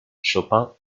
chopin